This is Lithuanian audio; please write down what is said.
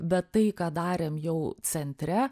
bet tai ką darėm jau centre